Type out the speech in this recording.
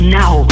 now